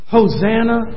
Hosanna